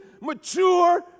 mature